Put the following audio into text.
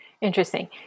Interesting